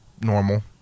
normal